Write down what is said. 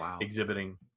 exhibiting